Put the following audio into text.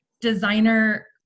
designer